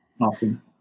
Awesome